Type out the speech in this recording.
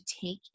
take